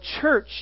church